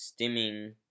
stimming